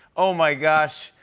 oh, my gosh.